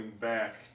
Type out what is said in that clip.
back